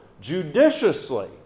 judiciously